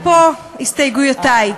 ופה הסתייגויותי.